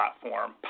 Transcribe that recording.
platform